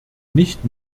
nicht